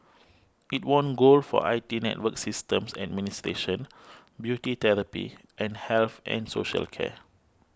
it won gold for I T network systems administration beauty therapy and health and social care